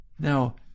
Now